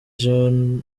john